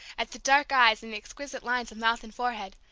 at the dark eyes and the exquisite lines of mouth and forehead,